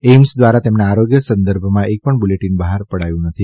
AIIMS દ્વારા તેમના આરોગ્ય સંદર્ભમાં એક પણ બુલેટીન બહાર પડાયું નથી